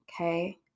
okay